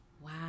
Wow